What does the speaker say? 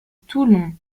toulon